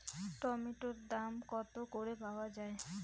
টমেটোর দাম কত করে পাওয়া যায়?